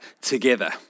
Together